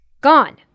Gone